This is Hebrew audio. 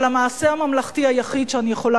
אבל המעשה הממלכתי היחיד שאני יכולה